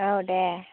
औ दे